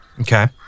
Okay